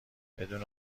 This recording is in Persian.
بدون